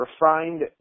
refined